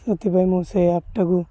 ସେଥିପାଇଁ ମୁଁ ସେଇ ଆପ୍ଟାକୁ